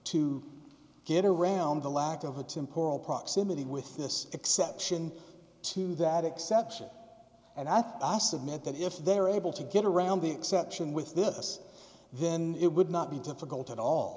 to get around the lack of a temporal proximity with this exception to that exception and i think i submit that if they're able to get around the exception with this then it would not be difficult at all